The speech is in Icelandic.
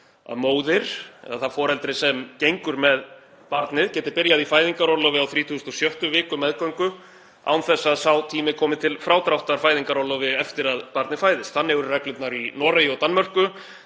að móðir eða það foreldri sem gengur með barnið geti byrjað í fæðingarorlofi á 36. viku meðgöngu án þess að sá tími komi til frádráttar fæðingarorlofi eftir að barnið fæðist. Þannig eru reglurnar í Noregi og Danmörku,